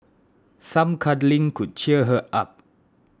some cuddling could cheer her up